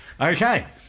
Okay